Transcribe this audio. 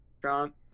Trump